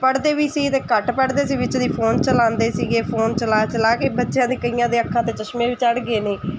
ਪੜ੍ਹਦੇ ਵੀ ਸੀ ਅਤੇ ਘੱਟ ਪੜ੍ਹਦੇ ਸੀ ਵਿੱਚ ਦੀ ਫੋਨ ਚਲਾਉਂਦੇ ਸੀਗੇ ਫੋਨ ਚਲਾ ਚਲਾ ਕੇ ਬੱਚਿਆਂ ਦੇ ਕਈਆਂ ਦੇ ਅੱਖਾਂ 'ਤੇ ਚਸ਼ਮੇ ਵੀ ਚੜ੍ਹ ਗਏ ਨੇ